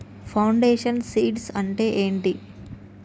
Foundation seeds అంటే ఏంటి?